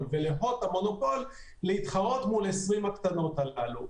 ולהוט המונופול להתחרות מול 20 החברות הקטנות הללו.